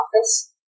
office